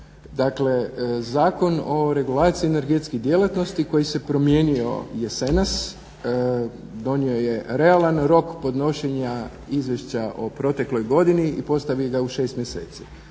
Dakle, Zakon o regulaciji energetskih djelatnosti koji se promijenio jesenas donio je realan rok podnošenja Izvješća o protekloj godini i postavio ga u 6 mjeseci.